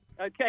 Okay